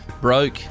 Broke